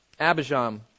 Abijam